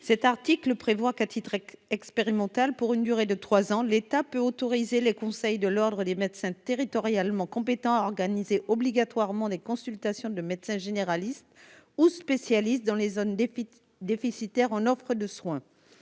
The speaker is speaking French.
cet article prévoit qu'à titre expérimental, pour une durée de 3 ans de l'État peut autoriser le Conseil de l'Ordre des médecins, territorialement compétent organisé obligatoirement des consultations de médecins généralistes ou spécialistes dans les zones déficitaire en offre de soins